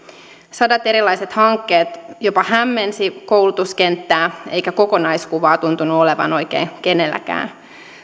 sadat erilaiset hankkeet jopa hämmensivät koulutuskenttää eikä kokonaiskuvaa tuntunut olevan oikein kenelläkään